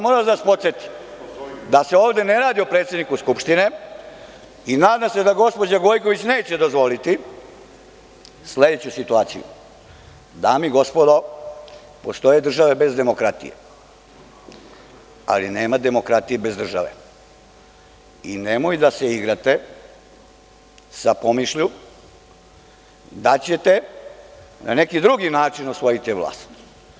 Moram da vas podsetim da se ovde ne radi o predsedniku Skupštine i nadam se da gospođa Gojković neće dozvoliti sledeću situaciju – dame i gospodo, postoje države bez demokratije, ali nema demokratije bez države i nemojte da se igrate sa pomišlju da ćete na neki drugi način osvojiti vlast.